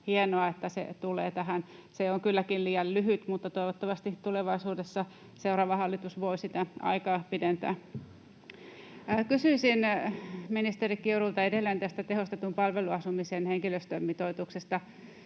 hienoa, että se tulee tähän. Se on kylläkin liian lyhyt, mutta toivottavasti tulevaisuudessa seuraava hallitus voi sitä aikaa pidentää. Kysyisin ministeri Kiurulta edelleen tästä tehostetun palveluasumisen henkilöstömitoituksesta.